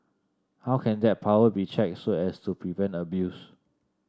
how can that power be checked so as to prevent abuse